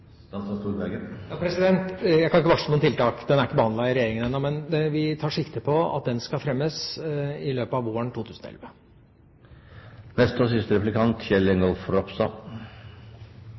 Jeg kan ikke varsle noen tiltak. Handlingsplanen er ikke behandlet i regjeringa ennå, men vi tar sikte på at den skal fremmes i løpet av våren